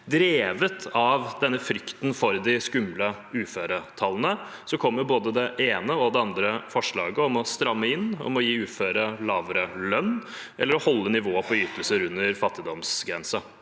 Drevet av denne frykten for de skumle uføretallene kommer både det ene og det andre forslaget om å stramme inn, om å gi uføre lavere lønn, eller om å holde nivået på ytelser under fattigdomsgrensen.